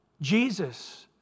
Jesus